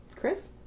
Chris